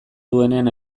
duenean